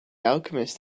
alchemist